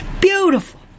beautiful